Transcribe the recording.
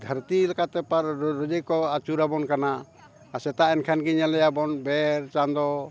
ᱫᱷᱟᱹᱨᱛᱤ ᱞᱮᱠᱟᱛᱮ ᱯᱟᱨ ᱨᱳᱡᱽ ᱜᱮᱠᱚ ᱟᱹᱪᱩᱨᱟᱵᱚᱱ ᱠᱟᱱᱟ ᱟᱨ ᱥᱮᱛᱟᱜ ᱮᱱᱠᱷᱟᱱ ᱜᱮ ᱧᱮᱞᱮᱭᱟᱵᱚᱱ ᱵᱮᱨ ᱪᱟᱸᱫᱚ